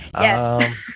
Yes